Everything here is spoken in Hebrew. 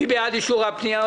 מי בעד אישור הפניות?